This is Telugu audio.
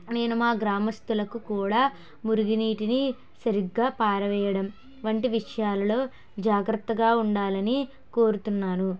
నేను మా గ్రామస్తులకు కూడా మురిలీ నీటిని సరిగ్గా పారవేయడం వంటి విషయాలలో జాగ్రత్తగా ఉండాలని కోరుతున్నాను